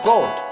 God